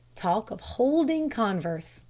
talk of holding converse!